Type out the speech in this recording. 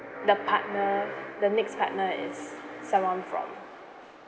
the partner the next partner is someone from